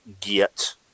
get